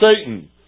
Satan